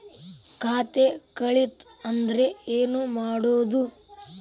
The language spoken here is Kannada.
ಖಾತೆ ಕಳಿತ ಅಂದ್ರೆ ಏನು ಮಾಡೋದು?